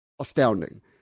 astounding